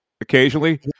occasionally